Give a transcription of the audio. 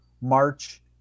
March